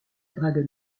dragon